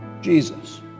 Jesus